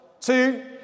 two